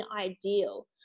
ideal